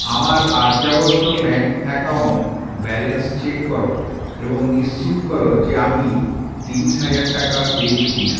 আমার Aryavarta bank account balance check করো এবং নিশ্চিত করো যে আমি ত্রিশ হাজার টাকা পেয়েছি কিনা